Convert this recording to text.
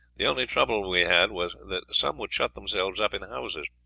the only trouble we had was that some would shut themselves up in houses.